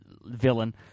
villain